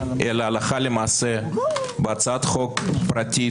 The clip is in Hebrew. אלא הלכה למעשה בהצעת חוק פרטית,